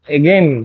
again